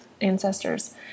ancestors